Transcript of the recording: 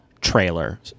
trailer